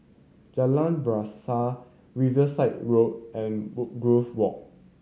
Jalan Bahasa Riverside Road and Woodgrove Walk